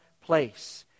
place